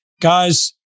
Guys